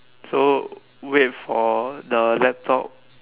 so wait for the laptop